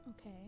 Okay